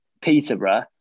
Peterborough